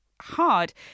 hard